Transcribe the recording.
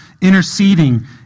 interceding